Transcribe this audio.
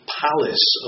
palace